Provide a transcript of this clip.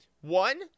one